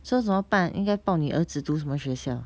so 怎么办应该报你儿子读什么学校